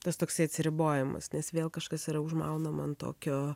tas toksai atsiribojimas nes vėl kažkas yra užmaunama an tokio